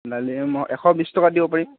ডালিম মই এশ বিশ টকাত দিব পাৰিম